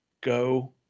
go